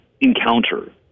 encounter